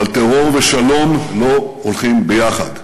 אבל טרור ושלום לא הולכים ביחד.